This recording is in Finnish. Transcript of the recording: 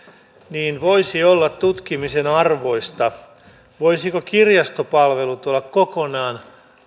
niin voisi olla tutkimisen arvoista voisivatko kirjastopalvelut olla kokonaan